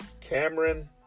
Cameron